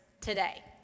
today